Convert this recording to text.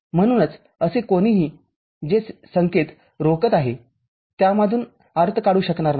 म्हणूनच असे कोणीही जे संकेत रोखत आहे त्यामधून अर्थ काढू शकणार नाही